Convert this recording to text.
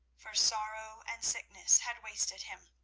for sorrow and sickness had wasted him.